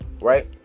right